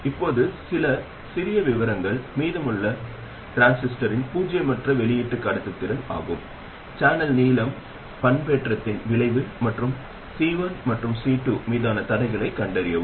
இப்போது சில சிறிய விவரங்கள் மீதமுள்ளன ஒன்று டிரான்சிஸ்டரின் பூஜ்ஜியமற்ற வெளியீட்டு கடத்துத்திறன் ஆகும் சேனல் நீளம் பண்பேற்றத்தின் விளைவு மற்றும் பின்னர் C1 மற்றும் C2 மீதான தடைகளைக் கண்டறியவும்